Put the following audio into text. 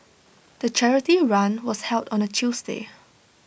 the charity run was held on A Tuesday